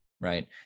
right